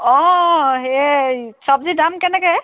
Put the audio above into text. অঁ এই চব্জিৰ দাম কেনেকৈ